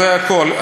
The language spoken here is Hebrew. זה הכול.